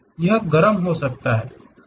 यह गर्म हो सकता है